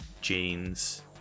jeans